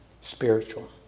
spiritual